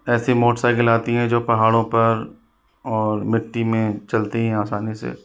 ऐसी मोटरसाइकिल आती हैं जो पहाड़ों पर और मिट्टी में चलती हैं आसानी से